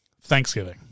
Thanksgiving